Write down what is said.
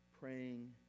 Praying